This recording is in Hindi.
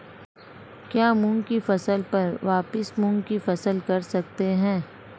क्या मूंग की फसल पर वापिस मूंग की फसल कर सकते हैं?